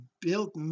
built